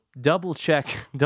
double-check